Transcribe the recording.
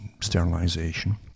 sterilization